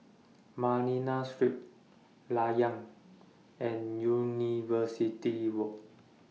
Manila Street Layar and University Walk